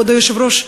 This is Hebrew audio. כבוד היושב-ראש,